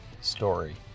story